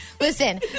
Listen